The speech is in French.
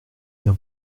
bien